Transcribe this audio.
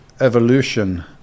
evolution